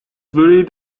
buried